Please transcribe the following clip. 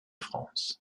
france